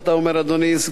אדוני סגן השר,